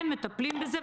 מטפלים בזה,